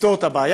לפתור את הבעיה.